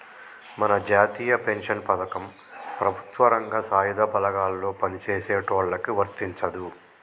మన జాతీయ పెన్షన్ పథకం ప్రభుత్వ రంగం సాయుధ బలగాల్లో పని చేసేటోళ్ళకి వర్తించదు